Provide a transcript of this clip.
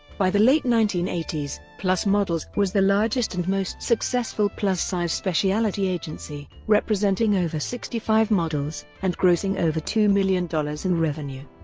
by the late nineteen eighty s, plus models was the largest and most successful plus-size specialty agency, representing over sixty five models and grossing over two million dollars in revenue.